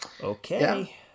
Okay